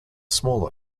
smaller